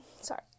Sorry